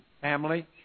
family